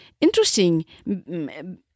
interesting